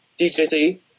DJZ